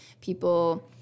people